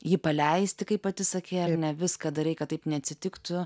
jį paleisti kaip pati sakei ar ne viską darei kad taip neatsitiktų